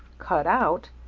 cut out?